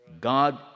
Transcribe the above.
God